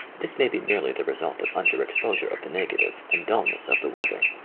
this may be merely the result of under-exposure of the negative and dullness of the weather.